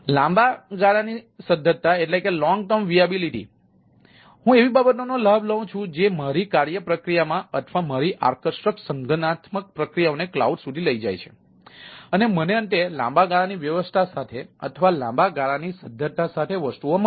લાંબા ગાળાની સધ્ધરતા તેથી હું એવી બાબતોનો લાભ લઉં છું જે મારી કાર્ય પ્રક્રિયાઓ અથવા મારી આકર્ષક સંગઠનાત્મક પ્રક્રિયાઓને કલાઉડ સુધી લઈ જાય છે અને મને અંતે લાંબા ગાળાની વ્યવસ્થા સાથે અથવા લાંબા ગાળાની સધ્ધરતા સાથે વસ્તુઓ મળે